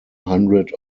hundred